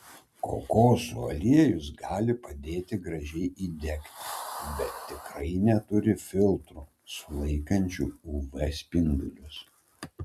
kokosų aliejus gali padėti gražiai įdegti bet tikrai neturi filtrų sulaikančių uv spindulius